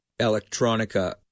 electronica